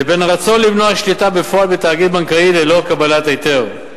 לבין הרצון למנוע שליטה בפועל בתאגיד הבנקאי ללא קבלת היתר.